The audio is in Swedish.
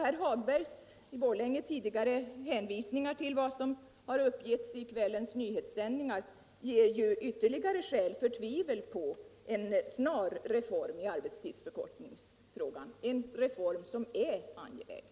Herr Hagbergs i Borlänge tidigare hänvisningar till vad som uppgetts i kvällens nyhetssändningar ger ju ytterligare skäl för tvivel på en snar reform i arbetstidsförkortningsfrågan — en reform som är angelägen.